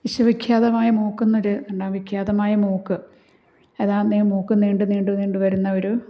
വിശ്വവിഖ്യാതമായ മൂക്കെന്നൊരു നോ വിഖ്യാതമായ മൂക്ക് ഏതാണ്ട് ഈ മൂക്ക് നീണ്ട് നീണ്ട് നീണ്ട് വരുന്ന ഒരു